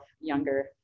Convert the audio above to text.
younger